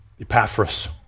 Epaphras